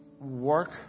work